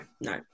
no